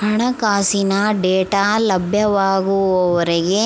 ಹಣಕಾಸಿನ ಡೇಟಾ ಲಭ್ಯವಾಗುವವರೆಗೆ